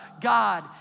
God